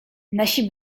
nasi